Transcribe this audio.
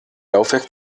laufwerk